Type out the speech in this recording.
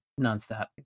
nonstop